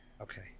okay